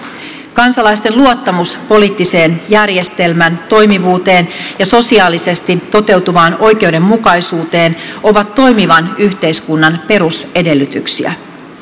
kansalaisten luottamus poliittisen järjestelmän toimivuuteen ja sosiaalisesti toteutuvaan oikeudenmukaisuuteen ovat toimivan yhteiskunnan perusedellytyksiä